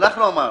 אנחנו אמרנו: